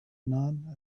none